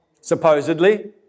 supposedly